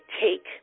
take